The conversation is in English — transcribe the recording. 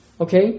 okay